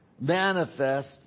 manifest